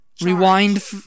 rewind